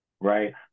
right